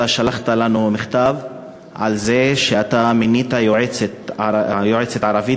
אתה שלחת לנו מכתב על זה שאתה מינית יועצת ערבייה